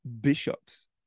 bishops